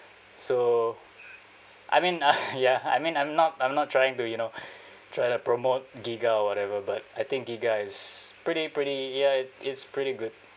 so I mean ya I mean I'm not I'm not trying to you know trying to promote Giga or whatever but I think Giga is pretty pretty ya is pretty good